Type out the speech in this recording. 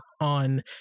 on